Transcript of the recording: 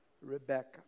Rebecca